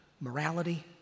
morality